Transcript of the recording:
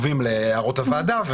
קשובים להערות הוועדה,